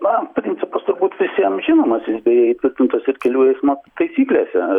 na principas turbūt visiem žinomas jis beje įtvirtintas ir kelių eismo taisyklėse